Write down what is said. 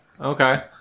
Okay